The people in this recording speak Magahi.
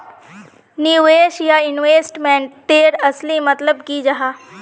निवेश या इन्वेस्टमेंट तेर असली मतलब की जाहा?